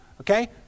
Okay